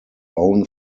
own